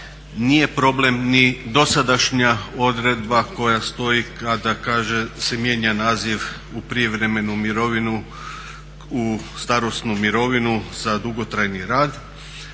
Nije problem ni dosadašnja odredba koja stoji kada kaže se mijenja naziv u prijevremenu mirovinu u starosnu mirovinu za dugotrajni rad,